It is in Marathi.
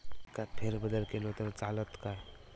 पिकात फेरबदल केलो तर चालत काय?